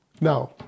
Now